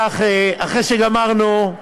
אי לכך, אחרי שגמרנו,